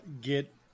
get